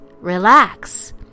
relax